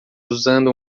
usando